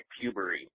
puberty